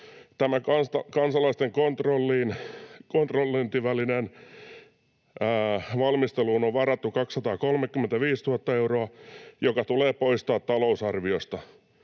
Tämän kansalaisten kontrollointivälineen valmisteluun on varattu 235 000 euroa, joka tulee poistaa talousarviosta.